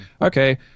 okay